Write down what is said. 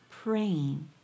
praying